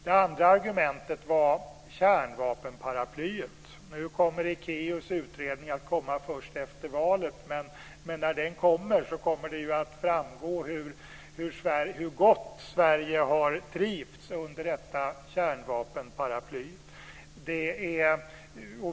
Det andra argumentet var kärnvapenparaplyet. Nu kommer Ekéus utredning att komma först efter valet, men när den kommer kommer det att framgå hur gott Sverige har trivts under detta kärnvapenparaply.